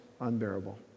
unbearable